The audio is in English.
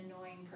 annoying